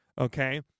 Okay